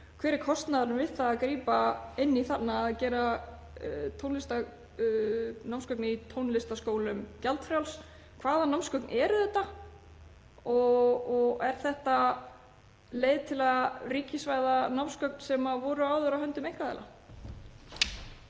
Hver er kostnaðurinn við að grípa inn í þarna og gera námsgögn í tónlistarskólum gjaldfrjáls? Hvaða námsgögn eru þetta? Og er þetta leið til að ríkisvæða námsgögn sem voru áður á höndum einkaaðila?